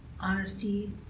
honesty